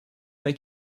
make